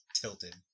tilted